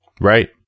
Right